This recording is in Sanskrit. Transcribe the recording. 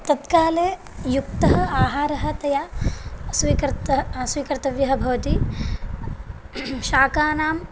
तत्काले युक्तः आहारः तया स्वीकर्तः स्वीकर्तव्यः भवति शाकानां